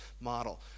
model